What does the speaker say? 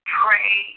pray